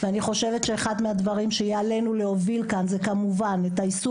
ואני חושבת שאחד מהדברים שיהיה עלינו להוביל כאן זה כמובן את איסור